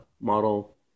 Model